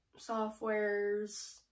softwares